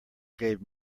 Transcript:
gave